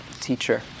teacher